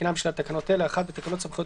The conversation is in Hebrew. מתקינה הממשלה תקנות אלה: תיקון תקנה